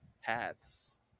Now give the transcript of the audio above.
hats